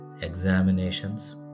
examinations